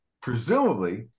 presumably